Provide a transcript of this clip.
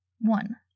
One